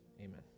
amen